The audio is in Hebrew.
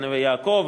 על נווה-יעקב,